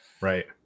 Right